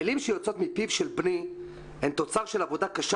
המילים שיוצאות מפיו של בני הן תוצר של עבודה קשה